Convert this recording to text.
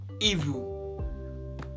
evil